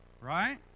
right